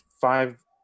five